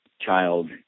child